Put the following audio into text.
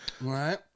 right